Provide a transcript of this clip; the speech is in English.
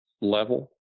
level